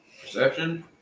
Perception